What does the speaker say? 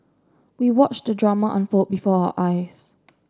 we watched the drama unfold before our eyes